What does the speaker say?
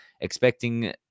expecting